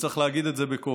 וצריך להגיד את זה בקול.